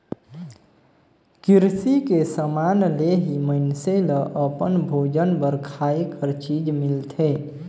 किरसी के समान ले ही मइनसे ल अपन भोजन बर खाए कर चीज मिलथे